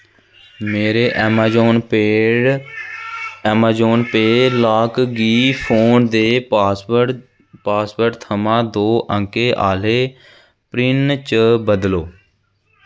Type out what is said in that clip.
मेरे अमेजान पेऽ अमेजान पेऽ लाक गी फोन दे पासवर्ड पासवर्ड थमां दो अंकें आह्ले पिन्न च बदलो